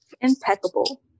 impeccable